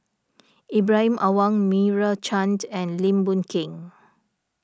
Ibrahim Awang Meira Chand and Lim Boon Keng